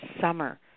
summer